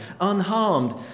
unharmed